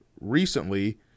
recently